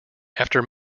after